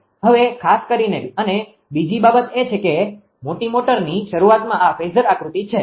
હવે ખાસ કરીને અને બીજી બાબત એ છે કે મોટી મોટરની શરૂઆતમાં આ ફેઝર આકૃતિ છે